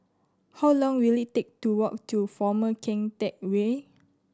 how long will it take to walk to Former Keng Teck Whay